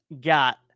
got